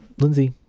lindsey,